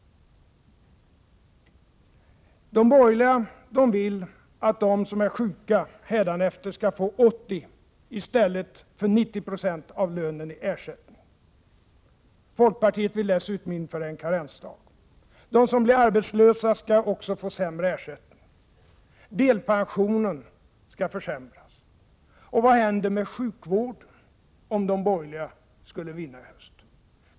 De borgerliga vill att de som är sjuka hädanefter skall få 80 i stället för 90 96 av lönen i ersättning. Folkpartiet vill dessutom införa en karensdag. De som blir arbetslösa skall också få sämre ersättning. Delpensionen skall försämras. Och vad händer med sjukvården, om de borgerliga skulle vinna i höst?